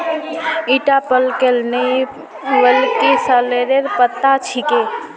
ईटा पलकेर नइ बल्कि सॉरेलेर पत्ता छिके